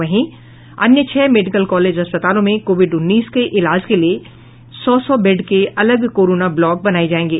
वहीं अन्य छह मेडिकल कॉलेज अस्पतालों में कोविड उन्नीस के इलाज के लिए सौं सौ बेड के अलग कोरोना ब्लॉक बनाये जायेंगे